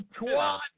twat